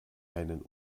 einen